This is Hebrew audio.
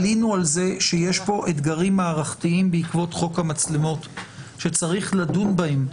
עלינו על זה שיש פה אתגרים מערכתיים בעקבות חוק המצלמות שצריך לדון בהם.